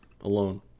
alone